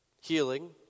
healing